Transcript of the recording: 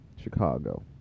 Chicago